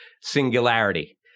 singularity